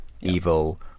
evil